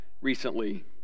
recently